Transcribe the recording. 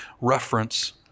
reference